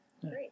Great